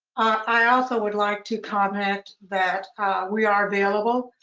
i also would like to comment that we are available,